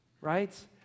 right